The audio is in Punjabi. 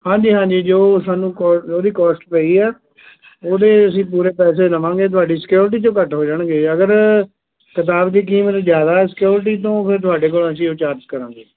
ਹਾਂਜੀ ਹਾਂਜੀ ਜੋ ਸਾਨੂੰ ਕੋ ਉਹਦੀ ਕੋਸਟ ਪਈ ਆ ਉਹਦੇ ਅਸੀਂ ਪੂਰੇ ਪੈਸੇ ਲਵਾਂਗੇ ਤੁਹਾਡੀ ਸਕਿਉਰਿਟੀ 'ਚੋਂ ਕੱਟ ਹੋ ਜਾਣਗੇ ਅਗਰ ਕਿਤਾਬ ਦੀ ਕੀਮਤ ਜ਼ਿਆਦਾ ਸਕਿਉਰਿਟੀ ਤੋਂ ਫਿਰ ਤੁਹਾਡੇ ਕੋਲ ਅਸੀਂ ਉਹ ਚਾਰਜ ਕਰਾਂਗੇ